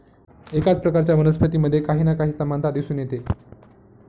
एकाच प्रकारच्या वनस्पतींमध्ये काही ना काही समानता दिसून येते